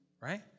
right